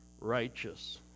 righteous